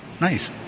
nice